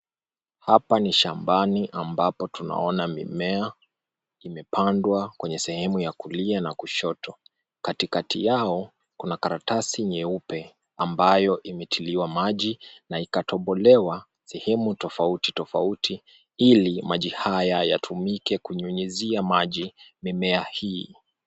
Hapa ni shambani ambapo tunaona mimea imepandwa kwenye sehemu ya kulia na kushoto. Katikati yao kuna karatasi nyeupe ambayo imetiliwa maji na ikatobolewa sehemu tofauti tofauti ili maji haya yatumike kunyunyizia maji mimea hii.